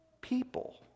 people